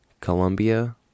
Colombia